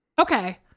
Okay